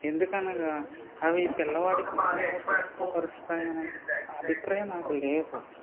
ఎందుకనగా అవి పిల్లవాడి అంతలా దోహదపరుస్తాయి అనే అభిప్రాయం నాకు లేదు